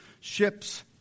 Ships